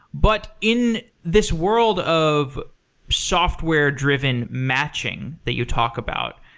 but in this world of software driven matching that you talk about,